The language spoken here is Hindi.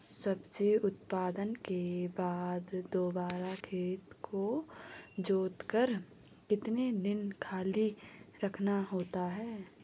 सब्जी उत्पादन के बाद दोबारा खेत को जोतकर कितने दिन खाली रखना होता है?